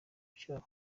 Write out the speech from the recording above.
byabo